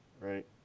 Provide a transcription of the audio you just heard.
right